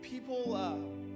People